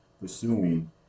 pursuing